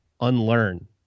unlearn